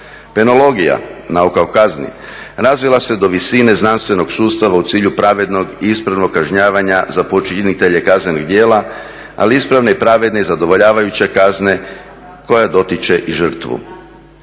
Penologija, nauka o kazni razvila se do visine znanstvenog sustava u cilju pravednog i ispravnog kažnjavanja za počinitelje kaznenih djela, ali ispravne i pravedne i zadovoljavajuće kazne koja dotiče i žrtvu.